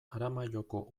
aramaioko